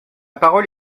parole